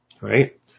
right